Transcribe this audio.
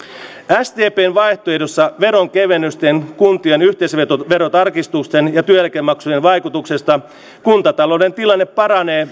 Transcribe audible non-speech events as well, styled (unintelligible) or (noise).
sdpn vaihtoehdossa veronkevennysten kuntien yhteisöverotarkistusten ja työeläkemaksujen vaikutuksesta kuntatalouden tilanne paranee (unintelligible)